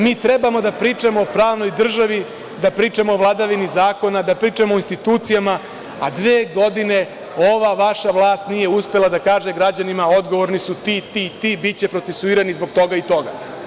Mi treba da pričamo o pravnoj državi, da pričamo o vladavini zakona, da pričamo o institucijama, a dve godine ova vaša vlast nije uspela da kaže građanima – odgovorni su ti, ti, ti, biće procesuirani zbog toga i toga.